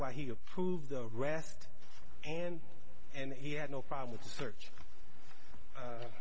why he approved the arrest and and he had no problem with the search